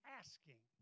asking